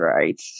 right